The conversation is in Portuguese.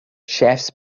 chefs